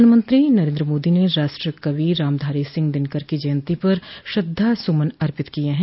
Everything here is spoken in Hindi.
प्रधानमंत्री नरेन्द्र मोदी ने राष्ट्रकवि रामधारी सिंह दिनकर की जयंती पर श्रद्धा सुमन अर्पित किए हैं